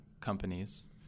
companies